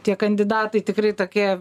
tie kandidatai tikrai tokie